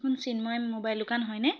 এইখন চিন্ময় মোবাইল দোকান হয়নে